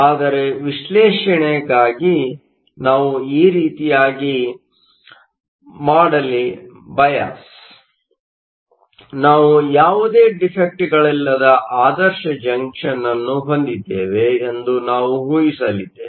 ಆದರೆ ವಿಶ್ಲೇಷಣೆಗಾಗಿ ನಾವು ಈ ರೀತಿಯಾಗಿ ಮಾಡಲಿಬಯಾಸ್ ನಾವು ಯಾವುದೇ ಯಾವುದೇ ಡಿಫೆಕ್ಟ್ಗಳಿಲ್ಲದ ಆದರ್ಶ ಜಂಕ್ಷನ್ ಅನ್ನು ಹೊಂದಿದ್ದೇವೆ ಎಂದು ನಾವು ಊಹಿಸಲಿದ್ದೇವೆ